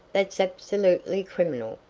that's absolutely criminal,